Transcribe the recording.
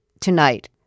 tonight